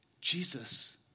Jesus